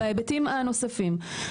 בהיבטים הנוספים,